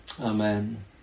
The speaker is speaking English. Amen